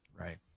Right